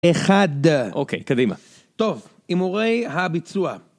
אחד. אוקיי, קדימה. טוב, הימורי הביצוע.